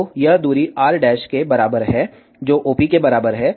तो यह दूरी r डैश के बराबर है जो OP के बराबर है